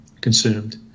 consumed